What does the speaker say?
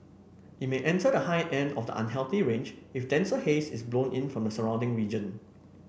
it may enter the high end of the unhealthy range if denser haze is blown in from the surrounding region